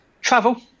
Travel